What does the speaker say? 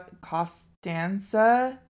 Costanza